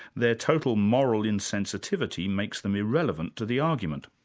their total moral insensitivity makes them irrelevant to the argument.